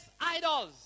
idols